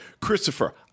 Christopher